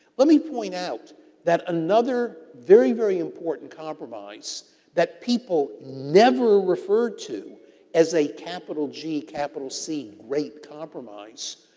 let me point out that another very, very important compromise that people never refer to as a capital g capital c, great compromise,